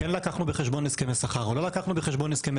כן לקחנו בחשבון הסכמי שכר או לא לקחנו בחשבון הסכמי